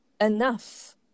enough